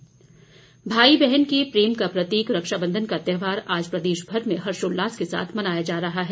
रक्षाबंधन भाई बहन के प्रेम का प्रतीक रक्षा बंधन का त्यौहार आज प्रदेश भर में हर्षोल्लास के साथ मनाया जा रहा है